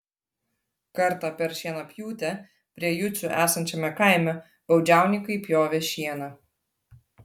kartą per šienapjūtę prie jucių esančiame kaime baudžiauninkai pjovė šieną